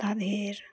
তাদের